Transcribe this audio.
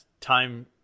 time